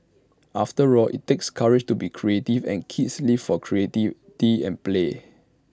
after all IT takes courage to be creative and kids live for creativity and play